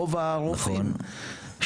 רוב הרופאים,